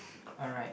alright